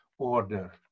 order